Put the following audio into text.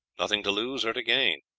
nothing to lose or to gain,